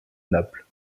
naples